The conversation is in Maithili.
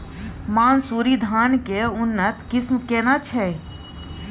मानसुरी धान के उन्नत किस्म केना छै?